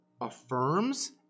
affirms